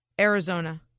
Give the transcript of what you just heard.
Arizona